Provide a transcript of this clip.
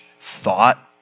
thought